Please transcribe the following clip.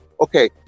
okay